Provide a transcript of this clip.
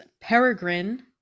Peregrine